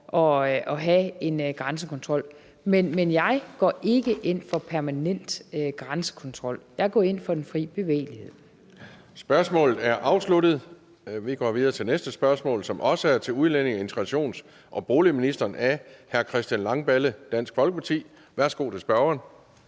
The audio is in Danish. at have en grænsekontrol. Men jeg går ikke ind for permanent grænsekontrol. Jeg går ind for den fri bevægelighed. Kl. 16:50 Anden næstformand (Kristian Pihl Lorentzen): Spørgsmålet er afsluttet. Vi går videre til det næste spørgsmål, som også er til udlændinge-, integrations- og boligministeren af hr. Christian Langballe, Dansk Folkeparti. Kl. 16:50 Spm. nr.